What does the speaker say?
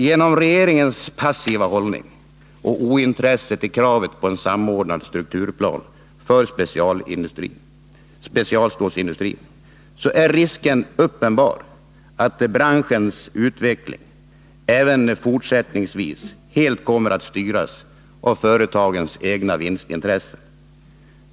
Genom regeringens passiva hållning och ointresse för kravet på en samordnad strukturplan för specialstålsindustrin är risken uppenbar att branschens utveckling även fortsättningsvis helt kommer att styras av företagens egna vinstintressen.